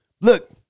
Look